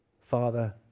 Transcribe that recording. Father